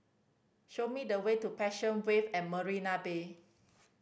show me the way to Passion Wave at Marina Bay